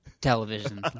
television